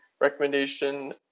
recommendation